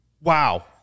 Wow